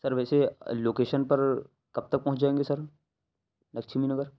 سر ویسے لوکیشن پر کب تک پہنچ جائیں گے سر لکچھمی نگر